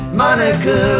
monica